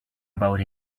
about